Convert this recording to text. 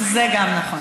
זה גם נכון.